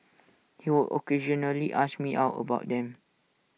he would occasionally ask me out about them